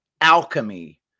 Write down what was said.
alchemy